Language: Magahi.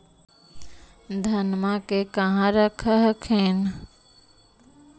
धनमा के कहा रख हखिन?